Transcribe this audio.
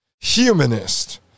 humanist